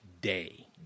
day